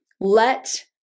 Let